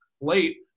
late